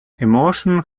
emotion